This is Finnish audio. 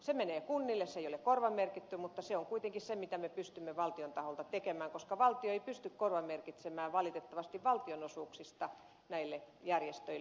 se menee kunnille se ei ole korvamerkitty mutta se on kuitenkin se mitä me pystymme valtion taholta tekemään koska valtio ei pysty valitettavasti korvamerkitsemään valtionosuuksista näille järjestöille